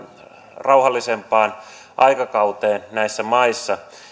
rauhallisempaan aikakauteen näissä maissa